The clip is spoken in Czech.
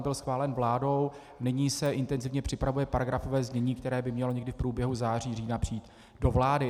Byl schválen vládou, nyní se intenzivně připravuje paragrafové znění, které by mělo někdy v průběhu září, října přijít do vlády.